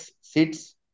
seats